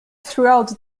throughout